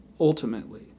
ultimately